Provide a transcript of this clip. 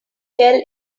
tell